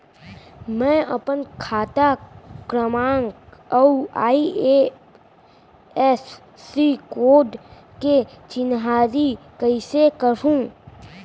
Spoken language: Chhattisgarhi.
मैं अपन खाता क्रमाँक अऊ आई.एफ.एस.सी कोड के चिन्हारी कइसे करहूँ?